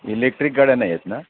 electric गाड्या नाही आहेत ना